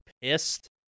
pissed